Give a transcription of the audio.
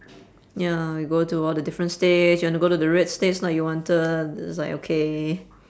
ya we'll go to all the different states and you wanna go to the red state like you wanted it's like okay